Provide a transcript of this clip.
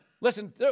Listen